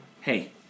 Hey